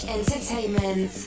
Entertainment